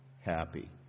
happy